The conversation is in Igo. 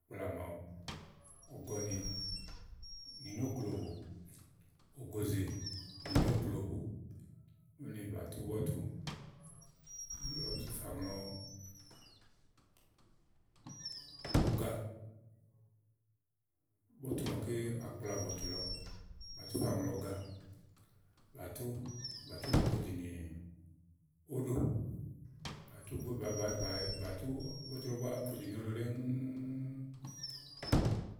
kpla màaɖu, ɔ̀gɔ̀ni ni nóòklobò, ògòzè ni nóòklobò ùni bà tù bɔ́tù igbɔ butu fà ŋlɔ uga, bɔ́tù màaké, akplabɔ̀tù lɔ bà tú fàŋlɔ uga, bà tù, bàtùni podini òdò, bà tú báàyi bàáyi bàá bàá bà tù bɔ́tu lɔ búá podini ódó ɖɛ́ŋúúú.